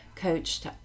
Coached